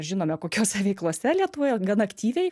žinome kokiose veiklose lietuvoje gan aktyviai